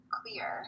clear